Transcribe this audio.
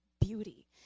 beauty